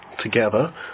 together